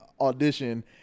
audition